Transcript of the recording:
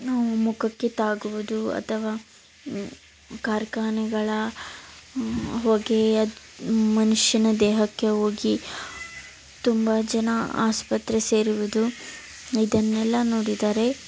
ನಮ್ಮ ಮುಖಕ್ಕೆ ತಾಗುವುದು ಅಥವಾ ಕಾರ್ಖಾನೆಗಳ ಹೊಗೆ ಅದು ಮನುಷ್ಯನ ದೇಹಕ್ಕೆ ಹೋಗಿ ತುಂಬ ಜನ ಆಸ್ಪತ್ರೆ ಸೇರಿರುವುದು ಇದನ್ನೆಲ್ಲ ನೋಡಿದರೆ